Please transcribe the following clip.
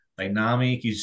dynamic